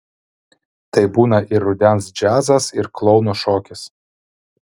tai būna ir rudens džiazas ir klouno šokis